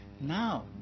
Now